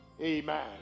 amen